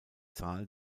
zahl